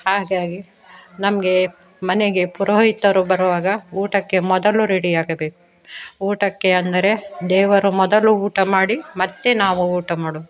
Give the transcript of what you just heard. ಹಾಗಾಗಿ ನಮಗೆ ಮನೆಗೆ ಪುರೋಹಿತರು ಬರುವಾಗ ಊಟಕ್ಕೆ ಮೊದಲು ರೆಡಿಯಾಗಬೇಕು ಊಟಕ್ಕೆ ಅಂದರೆ ದೇವರು ಮೊದಲು ಊಟ ಮಾಡಿ ಮತ್ತೆ ನಾವು ಊಟ ಮಾಡೋದು